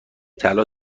طلا